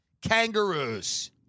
kangaroos